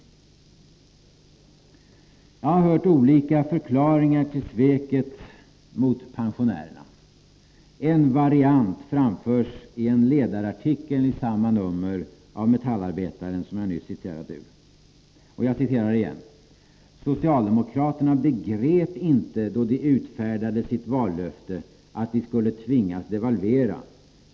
Jag har hört olika förklaringar till sveket mot pensionärerna. En variant framförs i en ledarartikel i samma nummer av Metallarbetaren som jag nyss citerade: ”Socialdemokraterna begrep inte då de utfärdade sitt vallöfte att de skulle tvingas devalvera.